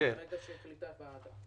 מרגע שהחליטה הוועדה.